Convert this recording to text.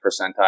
percentile